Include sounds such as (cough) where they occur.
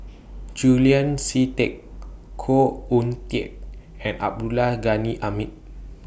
Julian Yeo See Teck (noise) Khoo Oon Teik and Abdul Ghani Hamid